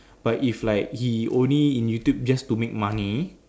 but if like he only in YouTube just to make money